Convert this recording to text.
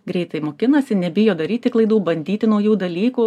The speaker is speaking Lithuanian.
greitai mokinasi nebijo daryti klaidų bandyti naujų dalykų